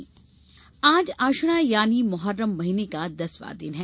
मुहर्रम आज अशूरा यानी मुहर्रम महीने का दसवां दिन है